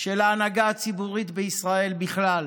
של ההנהגה הציבורית בישראל בכלל.